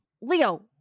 Leo